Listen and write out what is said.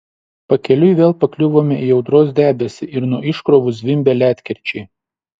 pakeliui vėl pakliuvome į audros debesį ir nuo iškrovų zvimbė ledkirčiai